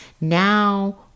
now